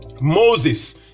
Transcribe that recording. Moses